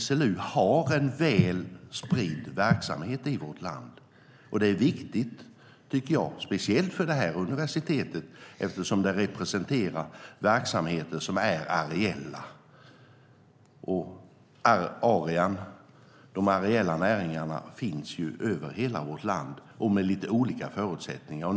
SLU har en väl spridd verksamhet i vårt land. Det är viktigt speciellt för det här universitetet eftersom det har verksamheter som är areella. De areella näringarna finns över hela vårt land med lite olika förutsättningar.